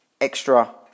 extra